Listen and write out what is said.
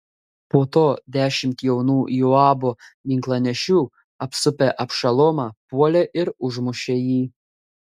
po to dešimt jaunų joabo ginklanešių apsupę abšalomą puolė ir užmušė jį